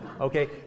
Okay